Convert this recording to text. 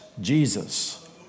Jesus